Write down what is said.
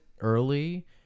early